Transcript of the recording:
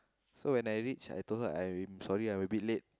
so when I reach I told her I'm sorry I'm a bit late